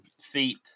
feet –